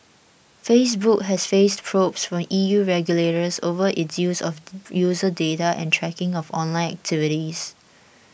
Facebook has faced probes from E U regulators over its use of user data and tracking of online activities